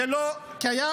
זה לא קיים.